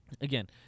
Again